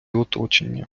оточення